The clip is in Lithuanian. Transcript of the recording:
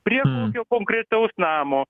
prie kokio konkretaus namo